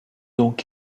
donc